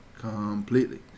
completely